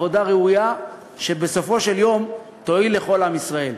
עבודה ראויה שבסופו של יום תועיל לכל עם ישראל.